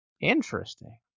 Interesting